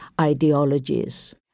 ideologies